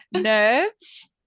Nerves